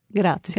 Grazie